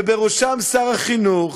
ובראשם שר החינוך,